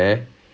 okay